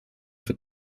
für